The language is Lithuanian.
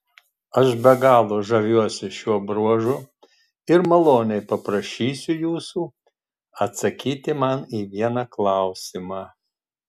aš be galo žaviuosi šiuo bruožu ir maloniai paprašysiu jūsų atsakyti man į vieną klausimą